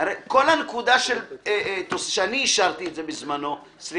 הרי כל הנקודה של תוספת שאני אישרתי בזמנו גם